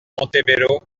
montebello